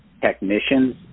technicians